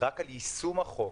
רק על יישום החוק,